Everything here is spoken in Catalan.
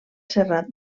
serrat